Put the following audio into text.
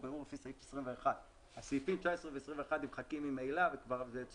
בירור לפי סעיף 21". הסעיפים 19 ו-21 נמחקים ממילא וזה יוצר